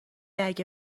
اگه